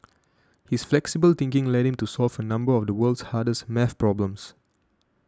his flexible thinking led him to solve a number of the world's hardest math problems